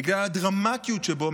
בגלל הדרמטיות שבו,